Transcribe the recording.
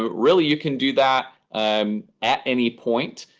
really you can do that um at any point.